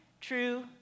true